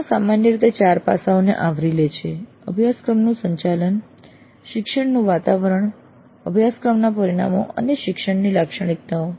પ્રશ્નો સામાન્ય રીતે ચાર પાસાઓને આવરી લે છે અભ્યાસક્રમનું સંચાલન શિક્ષણનું વાતાવરણ અભ્યાસક્રમના પરિણામો અને શિક્ષકની લાક્ષણિકતાઓ